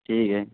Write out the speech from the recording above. ٹھیک ہے